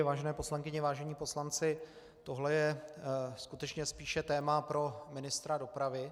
Vážené poslankyně, vážení poslanci, tohle je skutečně spíše téma pro ministra dopravy.